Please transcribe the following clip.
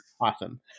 Awesome